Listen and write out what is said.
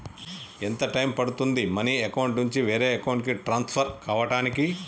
ఎంత టైం పడుతుంది money account నుంచి వేరే అకౌంట్ కి ట్రాన్స్ఫర్ కావటానికి?